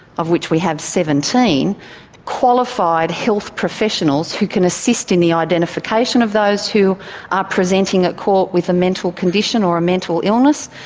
of which we have seventeen qualified health professionals who can assist in the identification of those who are presenting at court with a mental condition or a mental illness.